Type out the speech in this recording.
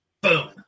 Boom